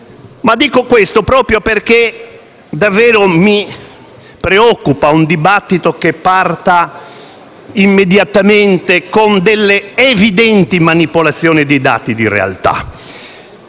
Dico questo proprio perché davvero mi preoccupa un dibattito che parta immediatamente con delle evidenti manipolazioni dei dati di realtà.